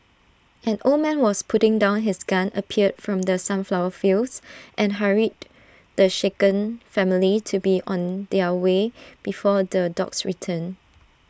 an old man was putting down his gun appeared from the sunflower fields and hurried the shaken family to be on their way before the dogs return